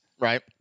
Right